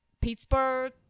Pittsburgh